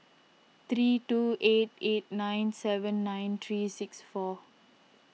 three two eight eight nine seven nine three six four